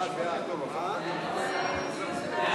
פקודת מס הכנסה (מס' 199),